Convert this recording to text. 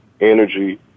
energy